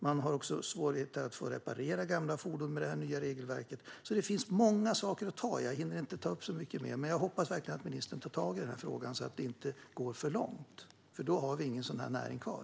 Det kan också vara svårigheter att få gamla fordon reparerade med detta nya regelverk. Det finns alltså många saker att ta tag i. Jag hinner inte ta upp så mycket mer, men jag hoppas verkligen att ministern tar tag i denna fråga så att det inte går för långt. Då har vi ingen sådan näring kvar.